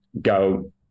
go